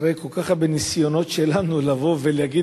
אחרי כל כך הרבה ניסיונות שלנו לבוא ולהגיד